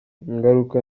ingaruka